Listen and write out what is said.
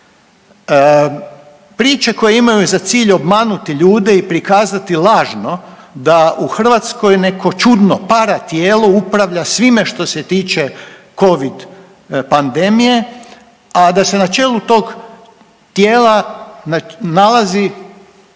Priče koje imaju za cilj obmanuti ljude i prikazati lažno da u Hrvatskoj neko čudno paratijelo upravlja svime što se tiče Covid pandemije, a da se na čelu tog tijela nalazi